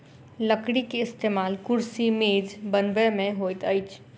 लकड़ी के इस्तेमाल कुर्सी मेज बनबै में होइत अछि